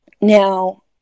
now